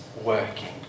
working